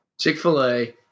Chick-fil-A